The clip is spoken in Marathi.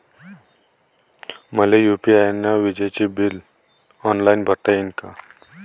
मले यू.पी.आय न विजेचे बिल ऑनलाईन भरता येईन का?